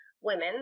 women